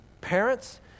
parents